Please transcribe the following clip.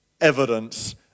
evidence